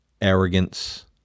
arrogance